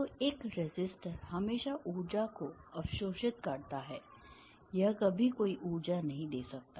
तो एक रेसिस्टर हमेशा ऊर्जा को अवशोषित करता है यह कभी कोई ऊर्जा नहीं दे सकता